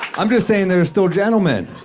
i'm just saying there are still gentlemen.